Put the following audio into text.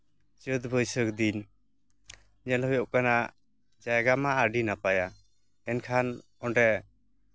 ᱪᱟᱹᱛ ᱵᱟᱹᱭᱥᱟᱹᱠᱷ ᱫᱤᱱ ᱧᱮᱞ ᱦᱩᱭᱩᱜ ᱠᱟᱱᱟ ᱡᱟᱭᱜᱟ ᱢᱟ ᱟᱹᱰᱤ ᱱᱟᱯᱟᱭᱟ ᱢᱮᱱᱠᱷᱟᱱ ᱚᱸᱰᱮ